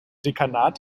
dekanat